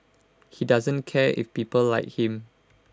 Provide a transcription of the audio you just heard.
he doesn't care if people like him